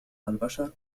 البشر